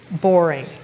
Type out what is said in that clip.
boring